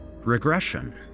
Regression